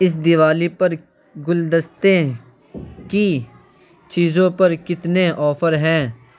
اس دوالی پر گلدستے کی چیزوں پر کتنے آفر ہیں